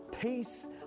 peace